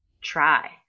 try